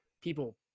people